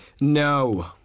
No